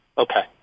Okay